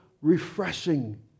refreshing